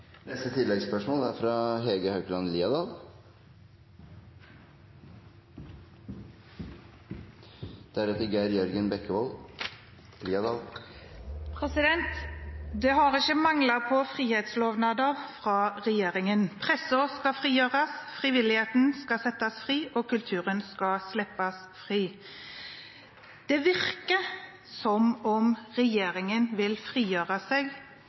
Hege Haukeland Liadal – til oppfølgingsspørsmål. Det har ikke manglet på frihetslovnader fra regjeringen. Pressen skal frigjøres, frivilligheten skal settes fri, og kulturen skal slippes fri – det virker som om regjeringen vil frigjøre seg